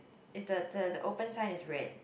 is the the the open sign is red